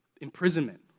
imprisonment